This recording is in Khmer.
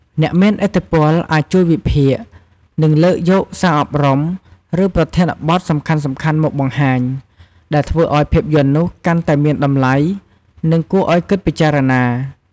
អ្នកមានឥទ្ធិពលអាចជួយវិភាគ និងលើកយកសារអប់រំ ឬប្រធានបទសំខាន់ៗមកបង្ហាញ ដែលធ្វើឱ្យភាពយន្តនោះកាន់តែមានតម្លៃ និងគួរឱ្យគិតពិចារណា។